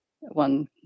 one